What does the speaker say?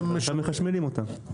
עכשיו מחשמלים אותה.